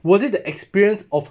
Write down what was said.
was it the experience of